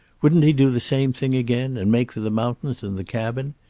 wouldn't he do the same thing again, and make for the mountains and the cabin?